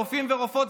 רופאים ורופאות,